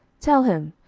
tell him,